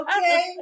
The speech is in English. okay